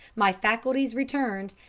my faculties returned,